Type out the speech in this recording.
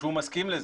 שהוא מסכים לזה.